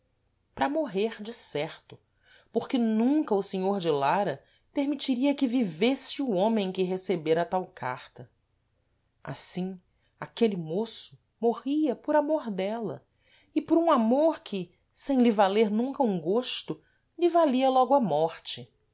para morrer de certo porque nunca o senhor de lara permitiria que vivesse o homem que recebera tal carta assim aquele môço morria por amor dela e por um amor que sem lhe valer nunca um gôsto lhe valia logo a morte